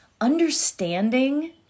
understanding